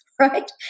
right